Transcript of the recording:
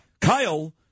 Kyle